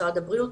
משרד הבריאות,